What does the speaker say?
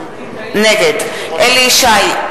נגד אליהו ישי,